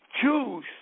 choose